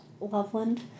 Loveland